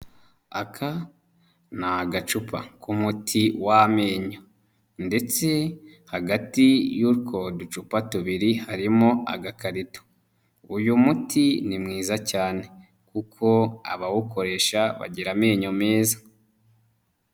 Aka ni agacupa k'umuti w'amenyo ndetse hagati y'utwo ducupa tubiri harimo agakarito uyu muti ni mwiza cyane kuko abawukoresha bagira amenyo meza.